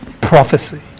Prophecy